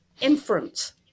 inference